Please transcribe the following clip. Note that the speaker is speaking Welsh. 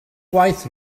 gwaith